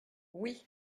oui